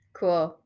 cool